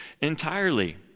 entirely